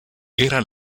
era